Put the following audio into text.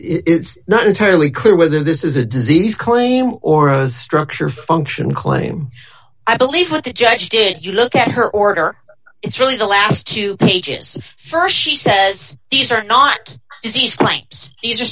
me it's not entirely clear whether this is a disease claim or a structure function claim i believe what the judge did you look at her order it's really the last two pages st she says these are not disease claims these are